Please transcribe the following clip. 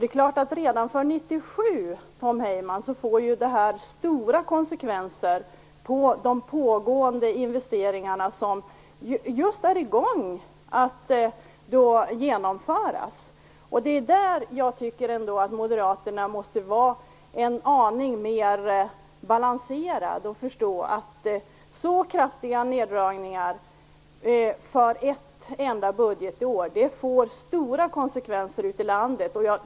Det här får ju stora konsekvenser redan för 1997 för de investeringar som just nu genomförs, Tom Heyman. Det är där jag tycker att Moderaterna måste vara en aning mer balanserade och förstå att så kraftiga neddragningar för ett enda budgetår får stora konsekvenser ute i landet.